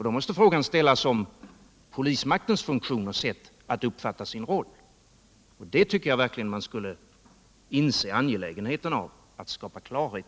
Då måste också frågan ställas om polismaktens sätt att uppfatta sin roll. Här tycker jag verkligen man borde inse nödvändigheten av att skapa klarhet.